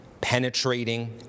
penetrating